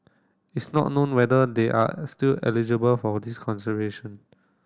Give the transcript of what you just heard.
it's not known whether they are still eligible for this consideration